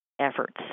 efforts